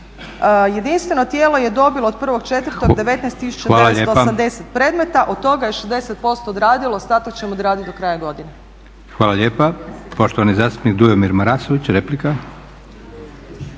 Jedinstveno tijelo je dobilo od 1.04. 19 980 predmeta, od toga je 60% odradilo a ostatak ćemo odraditi do kraja godine.